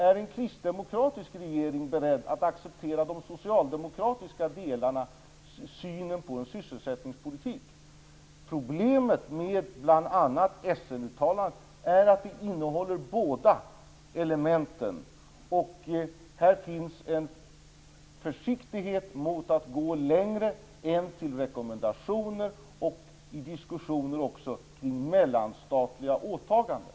Är en kristdemokratisk regering beredd att acceptera de socialdemokratiska delarna i synen på en sysselsättningspolitik? Problemet med bl.a. Essenuttalandet är att det innehåller båda elementen. Här finns en försiktighet inför att gå längre än till rekommendationer, också i diskussionen kring mellanstatliga åtaganden.